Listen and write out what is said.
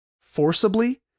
forcibly